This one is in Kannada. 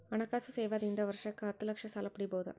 ಹಣಕಾಸು ಸೇವಾ ದಿಂದ ವರ್ಷಕ್ಕ ಹತ್ತ ಲಕ್ಷ ಸಾಲ ಪಡಿಬೋದ?